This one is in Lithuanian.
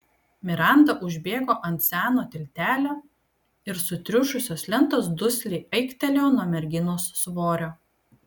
miranda užbėgo ant seno tiltelio ir sutriušusios lentos dusliai aiktelėjo nuo merginos svorio